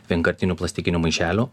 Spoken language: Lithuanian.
vienkartinių plastikinių maišelių